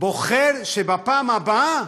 בוחר שבפעם הבאה